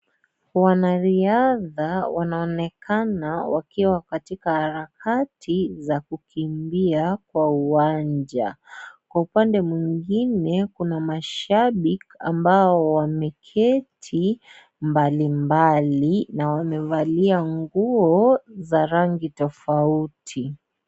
Wanariadha wanaonekana wakiwa katika harakati za kukimbia kwa uwanja . Kwa upande mwingine kuna mashabiki ambao wameketi mbalimbali na wamevalia nguo za rangi tofauti.